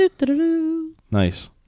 Nice